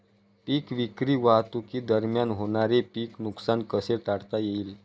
पीक विक्री वाहतुकीदरम्यान होणारे पीक नुकसान कसे टाळता येईल?